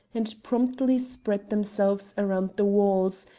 and promptly spread themselves around the walls,